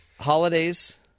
holidays